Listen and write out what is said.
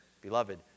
Beloved